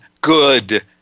good